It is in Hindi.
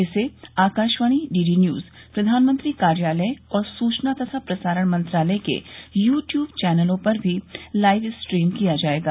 इसे आकाशवाणी डीडी न्यूज प्रधानमंत्री कार्यालय और सूचना तथा प्रसारण मंत्रालय के यूटूब चैनलों पर भी लाइव स्ट्रीम किया जायेगा